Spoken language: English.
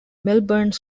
melbourne